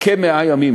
כ-100 ימים,